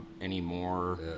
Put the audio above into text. anymore